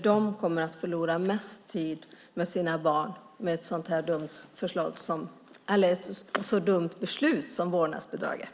De kommer att förlora mest tid med sina barn med ett så dumt beslut som vårdnadsbidraget.